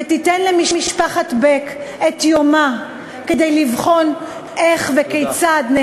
ותיתן למשפחת בק את יומה כדי לבחון איך וכיצד,